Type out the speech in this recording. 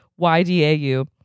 YDAU